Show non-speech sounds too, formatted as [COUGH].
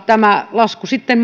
tämä lasku sitten [UNINTELLIGIBLE]